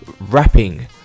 rapping